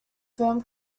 film